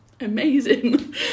amazing